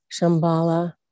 Shambhala